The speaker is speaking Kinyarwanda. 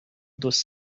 dos